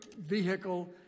vehicle